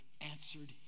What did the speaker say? answered